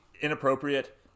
inappropriate